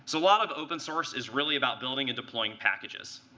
so lot of open-source is really about building and deploying packages.